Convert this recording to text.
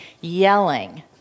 yelling